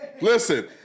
listen